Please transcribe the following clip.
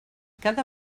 cada